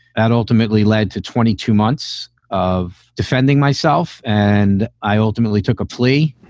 that ultimately led to twenty two months of defending myself. and i ultimately took a plea.